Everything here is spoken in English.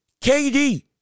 KD